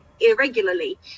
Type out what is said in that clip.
irregularly